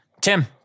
Tim